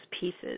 pieces